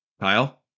Kyle